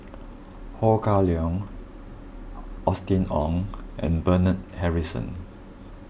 Ho Kah Leong Austen Ong and Bernard Harrison